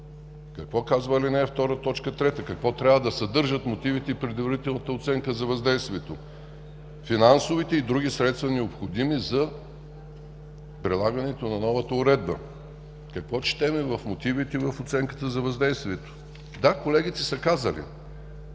Какво казва ал. 2, т. 3? Какво трябва да съдържат мотивите и предварителната оценка за въздействието – финансовите и други средства, необходими за прилагането на новата уредба. Какво четем в мотивите и в оценката за въздействието? Да, колегите са казали